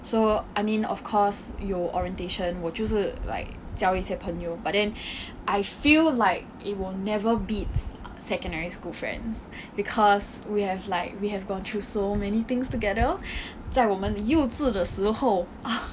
so I mean of course 有 orientation 我就是 like 交一些朋友 but then I feel like it will never beat secondary school friends because we have like we have gone through so many things together 在我们的幼稚的时候 ah